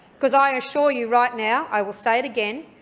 because i assure you right now, i will say it again,